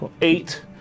eight